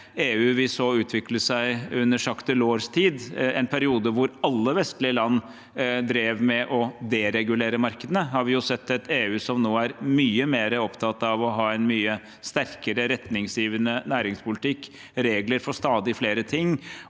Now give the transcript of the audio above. EU vi så utvikle seg under Jacques Delors’ tid – en periode hvor alle vestlige land drev og deregulerte markedene – har vi nå sett et EU som er mye mer opptatt av å ha en mye sterkere, retningsgivende næringspolitikk, regler for stadig flere ting.